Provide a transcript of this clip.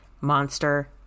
Monster